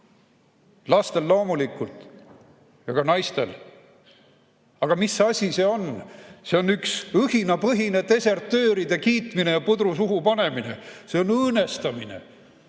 Lastel loomulikult ja ka naistel. Aga mis asi see on? See on üks õhinapõhine desertööride kiitmine ja pudru suhu panemine. See on õõnestamine.